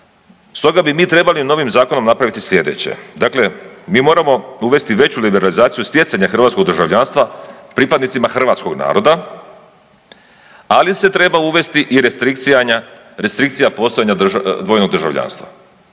Stoga bi mi trebali novim zakonom napraviti sljedeće. Dakle, mi moramo uvesti veću liberalizaciju stjecanja hrvatskog državljanstva pripadnicima hrvatskog naroda, ali se treba uvesti i restrikcija postojanja dvojnog državljanstva.